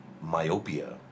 myopia